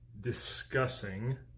discussing